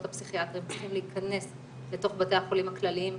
הפסיכיאטריים צריכים להיכנס לתוך בתי החולים הכלליים.